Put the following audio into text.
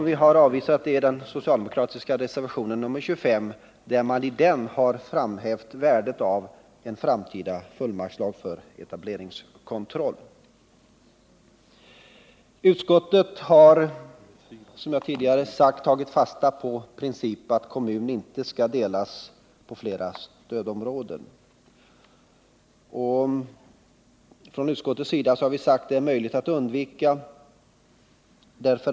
Vidare avvisar vi den socialdemokratiska reservationen 25, i vilken man framhäver värdet av en framtida fullmaktslag för etableringskontroll. Utskottet har, som jag tidigare nämnt, tagit fasta på principen att en kommun inte skall delas på flera stödområden. Vi har sagt att det är möjligt att undvika det.